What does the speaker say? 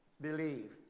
believe